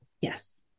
Yes